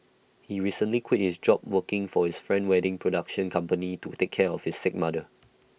he recently quit his job working for his friend wedding production company to take care of his sick mother